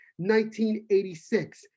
1986